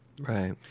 Right